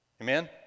Amen